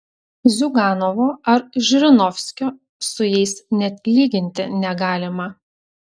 ziuganovo ar žirinovskio su jais net lyginti negalima